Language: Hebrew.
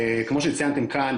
כמו שציינתם כאן,